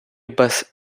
без